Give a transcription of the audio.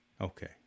okay